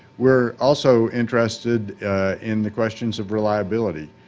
we're also interested in the questions of reliability,